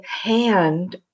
hand